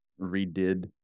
redid